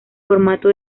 formato